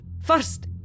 First